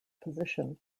position